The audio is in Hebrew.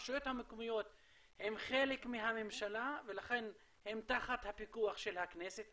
הרשויות המקומיות הן חלק מהממשלה ולכן הן תחת הפיקוח של הכנסת,